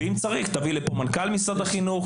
ואם צריך תביא לפה מנכ"ל משרד החינוך.